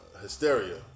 hysteria